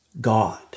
God